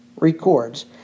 records